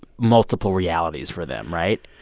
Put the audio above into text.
multiple realities for them, right?